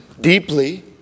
deeply